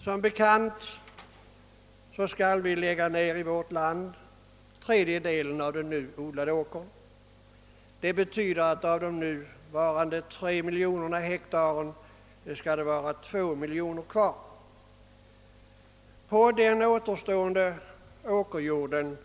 Som bekant skall vi i vårt land lägga ned tredjedelen av den nu odlade åkerarealen. Det betyder att av nuvarande 3 miljoner hektar skall det vara 2 miljoner kvar. På den återstående åkerjorden